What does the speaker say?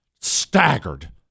staggered